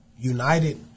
united